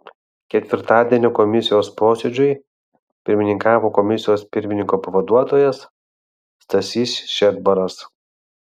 ketvirtadienio komisijos posėdžiui pirmininkavo komisijos pirmininko pavaduotojas stasys šedbaras